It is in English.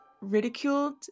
ridiculed